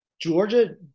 Georgia